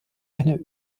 eine